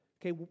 Okay